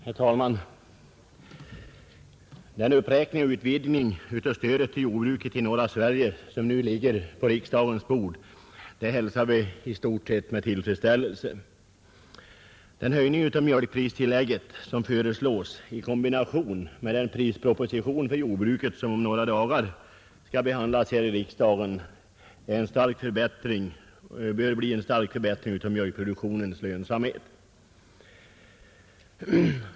Herr talman! Det förslag till uppräkning och utvidgning av stödet till jordbruket i norra Sverige som nu ligger på riksdagens bord hälsar vi i stort sett med tillfredsställelse. Den höjning av mjölkpristillägget som föreslås i kombination med den prisproposition för jordbruket som om några dagar skall behandlas här i riksdagen bör ge en stark förbättring av mjölkproduktionens lönsamhet.